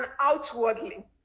outwardly